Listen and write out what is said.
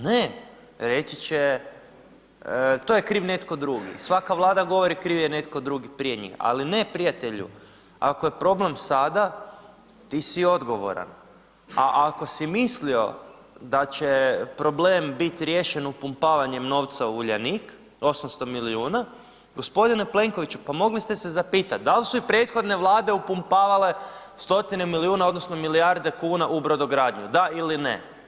Ne, reći će to je kriv netko drugi, svaka Vlada govori krivi je netko drugi prije njih, ali ne prijatelju, ako je problem sada, ti si odgovoran a ako si mislio da će problem biti riješen upumpavanjem novca u Uljanik, 800 milijuna, g. Plenkoviću, pa mogli ste se zapitat dal su i prethodne Vlade upumpavale stotine milijuna odnosno milijarde kuna u brodogradnju, da ili ne?